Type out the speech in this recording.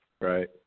Right